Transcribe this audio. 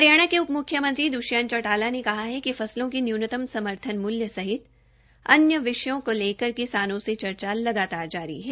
हरियाणा के उप मुख्यमंत्री द्वष्यंत चौटाला ने कहा है कि फसलों के न्यूनतम समर्थन मूल्यों सहित अन्य विषयों को लेकर किसानों से चर्चा लगातार जारी है